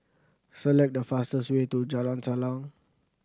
select the fastest way to Jalan Salang